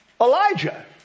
Elijah